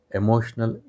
emotional